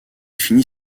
finit